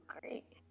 great